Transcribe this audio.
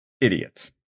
idiots